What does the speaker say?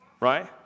Right